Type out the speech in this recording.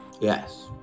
yes